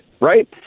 right